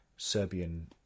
serbian